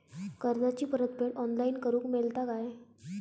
कर्जाची परत फेड ऑनलाइन करूक मेलता काय?